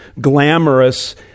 glamorous